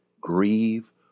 grieve